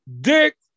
Dick